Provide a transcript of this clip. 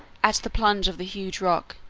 at the plunge of the huge rock,